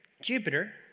Jupiter